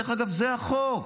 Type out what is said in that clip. דרך אגב, זה החוק.